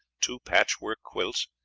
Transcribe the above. two patchwork quilts,